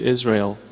Israel